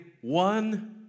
one